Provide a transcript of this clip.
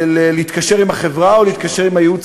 להתקשר עם החברה או להתקשר עם הייעוץ